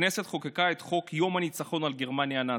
הכנסת חוקקה את חוק יום הניצחון על גרמניה הנאצית.